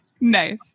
Nice